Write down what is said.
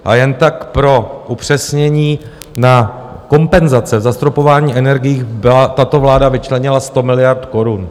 A jen tak pro upřesnění, na kompenzace zastropování energií tato vláda vyčlenila 100 miliard korun.